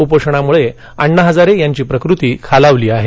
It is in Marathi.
उपोषणामुळे अण्णा हजारे यांची प्रकृती खालावली आहे